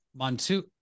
Montu